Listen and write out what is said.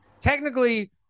technically